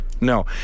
no